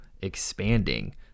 expanding